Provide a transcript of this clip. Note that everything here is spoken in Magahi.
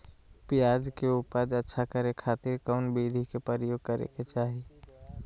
प्याज के उपज अच्छा करे खातिर कौन विधि के प्रयोग करे के चाही?